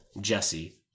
Jesse